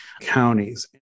counties